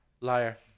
Liar